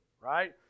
right